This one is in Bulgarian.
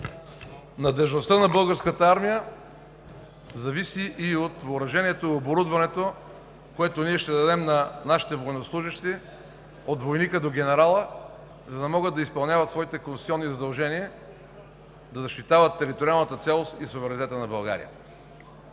Надеждността на Българската армия зависи и от въоръжението и оборудването, което ще дадем на нашите военнослужещи от войника до генерала, за да могат да изпълняват своите конституционни задължения, да защитават териториалната цялост и суверенитета на България.